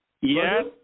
Yes